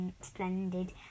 Splendid